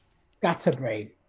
Scatterbrain